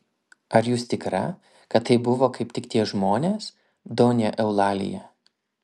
ar jūs tikra kad tai buvo kaip tik tie žmonės donja eulalija